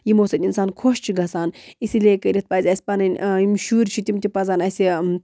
یِمو سۭتۍ اِنسان خۄش چھُ گژھان اِسی لیے کٔرِتھ پَزِ اَسہِ پَنٕنۍ یِم شُرۍ چھِ تِم تہِ پَزَن اَسہِ